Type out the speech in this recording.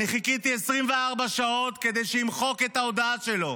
אני חיכיתי 24 שעות כדי שימחק את ההודעה שלו.